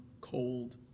cold